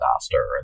disaster